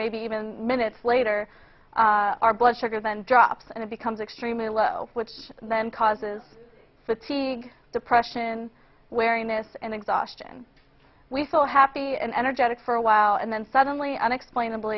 maybe even minutes later our blood sugar then drops and it becomes extremely low which then causes the t v depression wariness and exhaustion we feel happy and energetic for a while and then suddenly unexplainabl